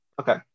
Okay